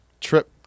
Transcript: trip